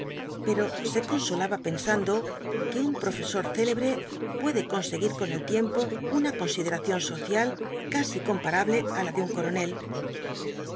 pero se consolaba pensando que un profesor célebre puede conseguir con el tiempo una consideración social casi comparable á la de un coronel sus